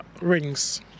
rings